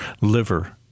liver